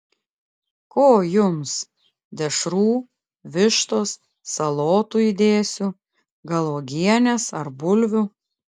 ko jums dešrų vištos salotų įdėsiu gal uogienės ar bulvių